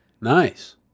nice